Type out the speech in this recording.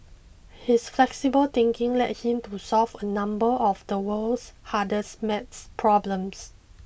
his flexible thinking led him to solve a number of the world's hardest math problems